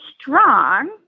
strong